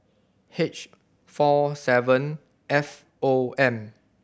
H four seven F O M